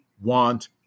want